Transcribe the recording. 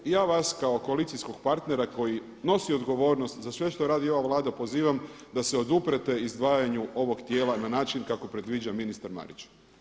I ja vas kao koalicijskog partnera koji nosi odgovornost za sve što radi ova Vlada pozivam da se oduprete izdvajanju ovog tijela na način kako predviđa ministar Marić.